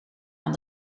aan